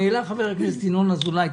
העלה חבר הכנסת ינון אזולאי,